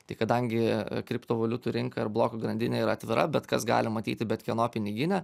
tai kadangi kriptovaliutų rinka ir blokų grandinė yra atvira bet kas gali matyti bet kieno piniginę